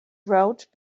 route